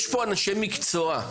יש פה אנשי מקצוע,